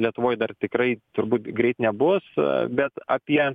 lietuvoj dar tikrai turbūt greit nebus bet apie